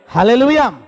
Hallelujah